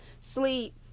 sleep